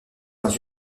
dans